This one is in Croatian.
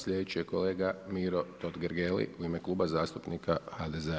Sljedeći je kolega Miro Totgergeli u ime Kluba zastupnika HDZ-a.